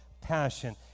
passion